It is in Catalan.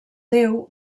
déu